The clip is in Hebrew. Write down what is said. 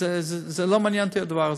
לא מעניין אותי הדבר הזה.